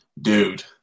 dude